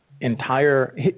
entire